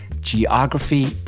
geography